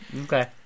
Okay